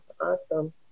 Awesome